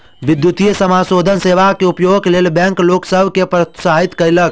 विद्युतीय समाशोधन सेवा के उपयोगक लेल बैंक लोक सभ के प्रोत्साहित कयलक